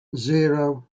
zero